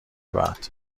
بعد